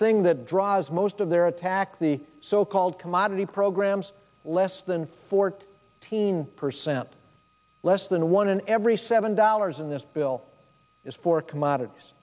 thing that drives most of their attack the so called commodity programs less than forty teen percent less than one in every seven dollars in this bill is for commodities